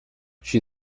she